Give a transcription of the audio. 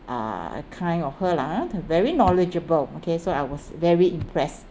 uh kind of her lah ha very knowledgeable okay so I was very impressed